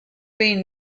being